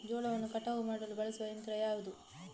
ಜೋಳವನ್ನು ಕಟಾವು ಮಾಡಲು ಬಳಸುವ ಯಂತ್ರ ಯಾವುದು?